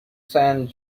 saint